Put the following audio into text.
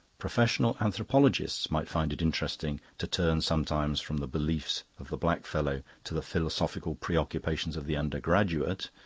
professional anthropologists might find it interesting to turn sometimes from the beliefs of the blackfellow to the philosophical preoccupations of the undergraduate.